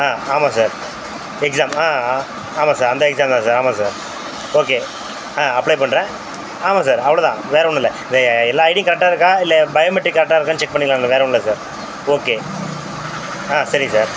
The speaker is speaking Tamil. ஆ ஆமாம் சார் எக்ஸாம் ஆ ஆ ஆமாம் சார் அந்த எக்ஸாம் தான் சார் ஆமாம் சார் ஓகே ஆ அப்ளே பண்ணுறேன் ஆமாம் சார் அவ்வளோ தான் வேறு ஒன்னுல்லை இந்த எல்லா ஐடியும் கரெக்டாக இருக்கா இல்லை பயோமெட்ரிக் கரெக்டாக இருக்கான்னு செக் பண்ணிலாம்ல வேறு ஒன்னுல்லை சார் ஓகே ஆ சரிங்க சார்